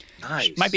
Nice